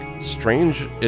Strange